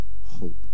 hope